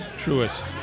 truest